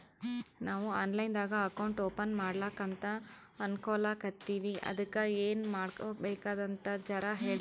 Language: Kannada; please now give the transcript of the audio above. ನಾವು ಆನ್ ಲೈನ್ ದಾಗ ಅಕೌಂಟ್ ಓಪನ ಮಾಡ್ಲಕಂತ ಅನ್ಕೋಲತ್ತೀವ್ರಿ ಅದಕ್ಕ ಏನ ಮಾಡಬಕಾತದಂತ ಜರ ಹೇಳ್ರಲ?